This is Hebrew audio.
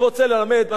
מה שאני רוצה לומר,